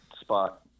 spot